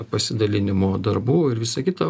pasidalinimo darbų ir visa kita